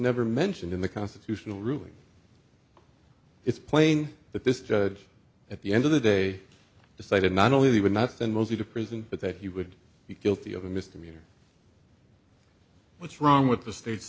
never mentioned in the constitutional ruling it's plain that this judge at the end of the day decided not only would not send mostly to prison but that he would be guilty of a misdemeanor what's wrong with the state